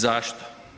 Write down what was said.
Zašto?